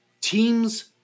Teams